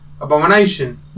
Abomination